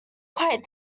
quite